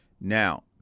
Now